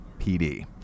PD